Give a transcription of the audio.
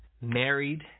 married